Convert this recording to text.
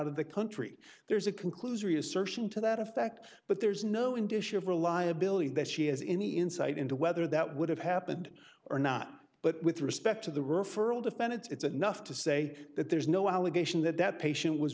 of the country there's a conclusory assertion to that effect but there's no indication of reliability that she has any insight into whether that would have happened or not but with respect to the referral defend it's enough to say that there's no allegation that that patient was